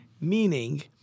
Meaning